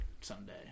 someday